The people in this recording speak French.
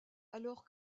alors